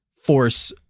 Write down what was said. force